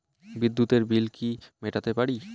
বিদ্যুতের বিল কি মেটাতে পারি?